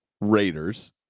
Raiders